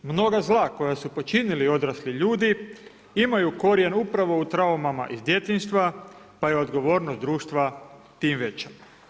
Mnoga zla koja su počinili odrasli ljudi, imaju korijen upravo u traumama iz djetinjstva, pa je odgovornost društva tim veća.